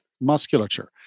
musculature